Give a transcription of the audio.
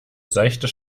seichte